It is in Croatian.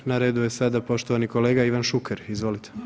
Na redu je sada poštovani kolega Ivan Šuker, izvolite.